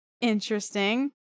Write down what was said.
interesting